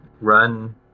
run